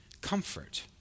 comfort